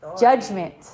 Judgment